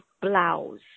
blouse